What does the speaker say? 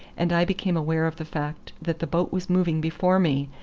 and i became aware of the fact that the boat was moving before me,